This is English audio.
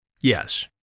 yes